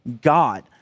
God